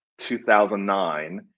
2009